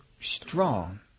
strong